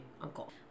uncle